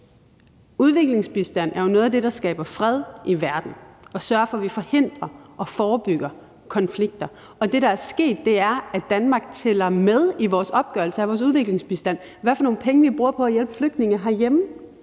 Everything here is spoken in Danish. Udviklingsbistand er jo noget af det, der skaber fred i verden og sørger for, at vi forhindrer og forebygger konflikter, og det, der er sket, er, at vi i Danmark i vores opgørelse af vores udviklingsbistand tæller de penge med, som vi bruger på at hjælpe flygtninge herhjemme.